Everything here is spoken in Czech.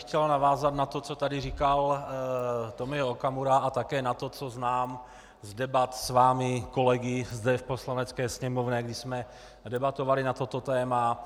Chtěl bych navázat na to, co tady říkal Tomio Okamura, a také na to, co znám z debat s vámi, kolegy, zde v Poslanecké sněmovně, když jsme debatovali na toto téma.